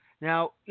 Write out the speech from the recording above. Now